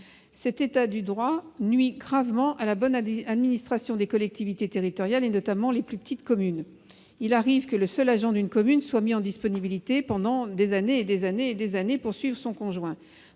Cet état du droit nuit gravement à la bonne administration des collectivités territoriales, notamment des plus petites communes. Il arrive que le seul agent d'une commune soit mis en disponibilité pendant des années et des années pour suivre son conjoint.